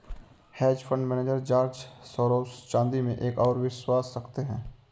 hedge fund manager George Soros चांदी में एक और विश्वास रखते हैं